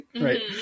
Right